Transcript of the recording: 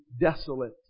desolate